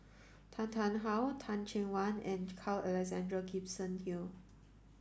Tan Tarn How Teh Cheang Wan and Carl Alexander Gibson Hill